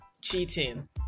cheating